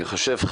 אני חושב,